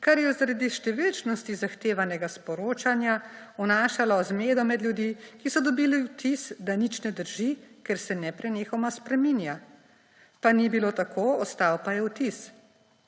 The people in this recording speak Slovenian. kar je zaradi številčnosti zahtevanega sporočanja vnašalo zmedo med ljudi, ki so dobili vtis, da nič ne drži, ker se neprenehoma spreminja. Pa ni bilo tako, ostal pa je vtis.